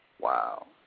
Wow